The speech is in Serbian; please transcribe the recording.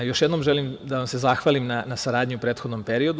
Još jednom želim da vam se zahvalim na saradnji u prethodnom periodu.